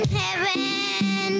heaven